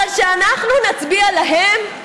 אבל שאנחנו נצביע להם,